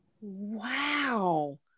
Wow